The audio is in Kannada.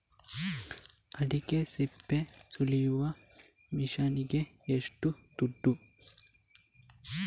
ಅಡಿಕೆ ಸಿಪ್ಪೆ ಸುಲಿಯುವ ಮಷೀನ್ ಗೆ ಏಷ್ಟು ದುಡ್ಡು?